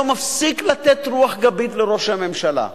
לא מפסיק לתת רוח גבית לראש הממשלה,